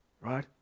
Right